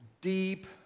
deep